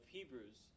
Hebrews